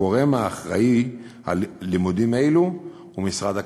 הגורם האחראי ללימודים אלו הוא משרד הכלכלה.